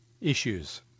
issues